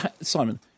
Simon